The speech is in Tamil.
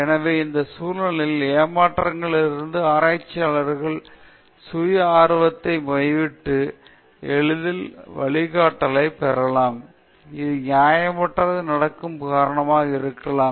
எனவே இந்த சூழலில் ஏமாற்றங்களிலிருந்து ஆராய்ச்சியாளர்கள் சுய ஆர்வத்திற்காக கைவிட்டு எளிதில் வழிகாட்டல்களைப் பெறலாம் இது நியாயமற்ற நடத்தைக்கு காரணமாக இருக்கலாம்